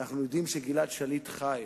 אנחנו יודעים שגלעד שליט חי.